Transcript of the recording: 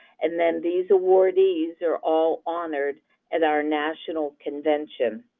and then these awardees are all honored at our national convention.